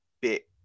bit